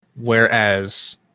Whereas